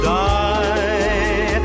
die